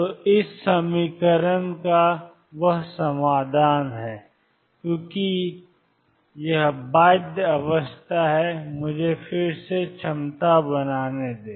तोxe2mE2xor e 2mE2x वह समाधान है क्योंकि यह बाध्य अवस्था है मुझे फिर से क्षमता बनाने दें